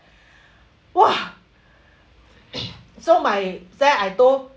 !wah! so my then I told